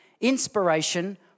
inspiration